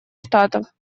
штатов